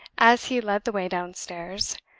as he led the way downstairs,